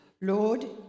Lord